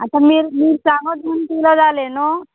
आतां मिर मिरसांगो दोन किदें जालें न्हू